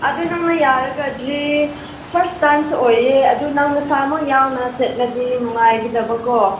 ꯑꯗꯨ ꯅꯪꯅ ꯌꯥꯔꯒꯗꯤ ꯐꯥꯔꯁ ꯇꯥꯏꯝꯁꯨ ꯑꯣꯏꯌꯦ ꯑꯗꯨ ꯅꯪ ꯅꯁꯥꯃꯛ ꯌꯥꯎꯅ ꯆꯠꯂꯗꯤ ꯅꯨꯡꯉꯥꯏꯒꯗꯕꯀꯣ